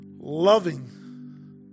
loving